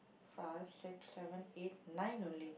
five six seven eight nine only